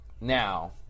Now